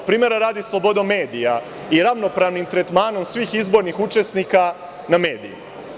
Primera radi, sloboda medija i ravnopravni tretman svih izbornih učesnika na medijima.